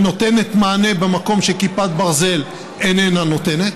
שנותנת מענה במקום שכיפת ברזל איננה נותנת,